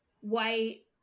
white